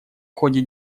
ходе